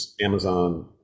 Amazon